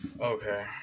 Okay